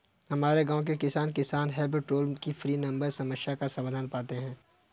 हमारे गांव के किसान, किसान हेल्प टोल फ्री नंबर पर समस्या का समाधान पाते हैं